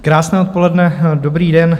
Krásné odpoledne, dobrý den.